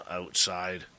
outside